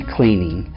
Cleaning